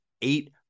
eight